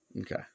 Okay